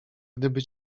gdyby